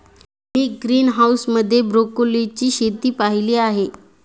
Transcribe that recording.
मी greenhouse मध्ये ब्रोकोलीची शेती पाहीली आहे